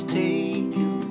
taken